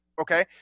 okay